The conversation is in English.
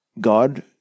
God